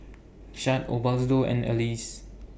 Shad Osbaldo and Elyse